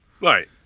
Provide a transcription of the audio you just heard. Right